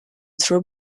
throw